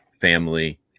family